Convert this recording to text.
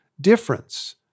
difference